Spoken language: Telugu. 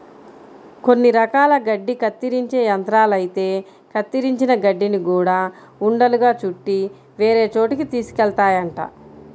కొన్ని రకాల గడ్డి కత్తిరించే యంత్రాలైతే కత్తిరించిన గడ్డిని గూడా ఉండలుగా చుట్టి వేరే చోటకి తీసుకెళ్తాయంట